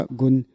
gun